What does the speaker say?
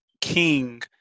king